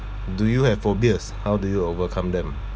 do you have phobias how did you overcome them